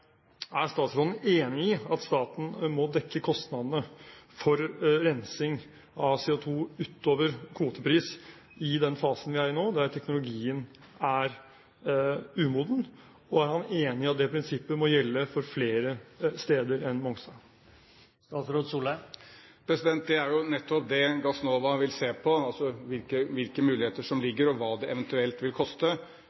Er statsråden enig i at staten må dekke kostnadene for rensing av CO2 utover kvotepris i den fasen vi er i nå, der teknologien er umoden? Og er han enig i at det prinsippet må gjelde for flere steder enn Mongstad? Det er jo nettopp det Gassnova vil se på, hvilke muligheter som